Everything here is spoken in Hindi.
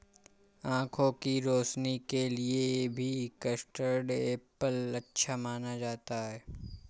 आँखों की रोशनी के लिए भी कस्टर्ड एप्पल अच्छा माना जाता है